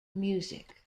music